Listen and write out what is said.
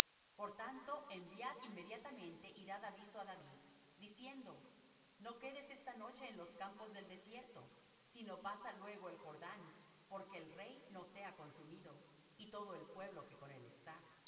por tanto enviad inmediatemente y dad aviso á david diciendo no quedes esta noche en los campos del desierto sino pasa luego el jordán porque el rey no sea consumido y todo el pueblo que con él está